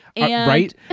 Right